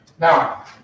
Now